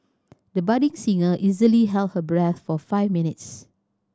the budding singer easily held her breath for five minutes